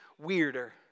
weirder